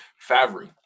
Favre